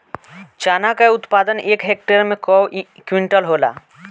चना क उत्पादन एक हेक्टेयर में कव क्विंटल होला?